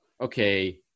okay